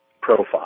profile